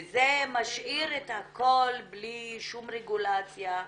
וזה משאיר את הכל בלי שום רגולציה,